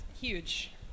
huge